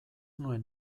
nuen